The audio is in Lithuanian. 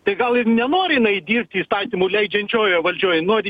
tai gal ir nenori jinai dirbt įstatymų leidžiančioje valdžioje nori